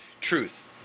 truth